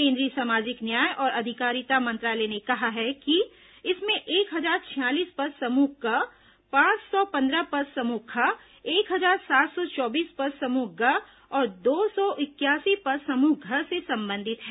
केंद्रीय सामाजिक न्याय और अधिकारिता मंत्रालय ने कहा है कि इनमें एक हजार छियालीस पद समूह क पांच सौ पंद्रह पद समूह ख एक हजार सात सौ चौबीस पद समूह ग और दो सौ इकयासी पद समूह घ से संबंधित हैं